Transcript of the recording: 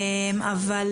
אבל